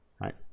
right